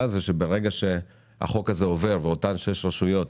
זה שברגע שהחוק הזה עובר ואותן 6 רשויות